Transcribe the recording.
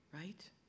right